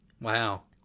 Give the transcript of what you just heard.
Wow